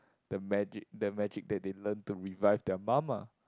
the magic the magic that they learn to revive their mum ah